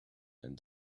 and